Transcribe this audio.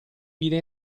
vide